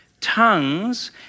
Tongues